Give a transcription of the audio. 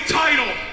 title